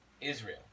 Israel